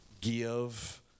give